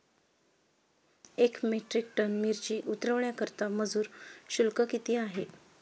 एक metric ton मिरची उतरवण्याकरता मजुर शुल्क किती आहे?